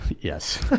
Yes